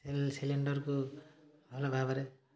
ସେ ସିଲିଣ୍ଡର୍କୁ ଭଲ ଭାବରେ